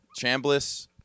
Chambliss